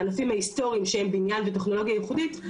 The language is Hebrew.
הענפים ההיסטוריים שהם בניין וטכנולוגיה ייחודית,